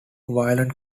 violet